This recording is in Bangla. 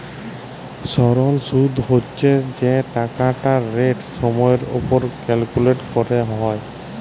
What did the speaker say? সরল সুদ্ হছে যে টাকাটর রেট সময়ের উপর ক্যালকুলেট ক্যরা হ্যয়